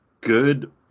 good